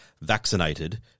vaccinated